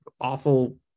awful